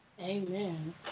Amen